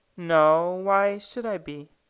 no. why should i be?